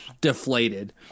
deflated